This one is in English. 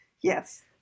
yes